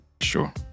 Sure